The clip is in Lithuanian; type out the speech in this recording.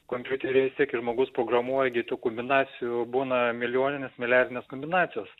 kompiuteriai tiki žmogus programuoja gi tų kombinacijų būna milijoninės milijardinės kombinacijos